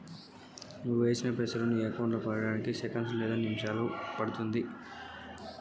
నేను వేసిన పైసలు ఎంత సమయానికి నా అకౌంట్ లో పడతాయి?